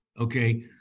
Okay